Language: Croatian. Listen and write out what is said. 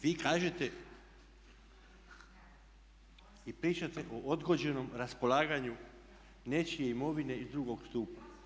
Vi kažete i pričate o odgođenom raspolaganju nečije imovine iz drugog stupa.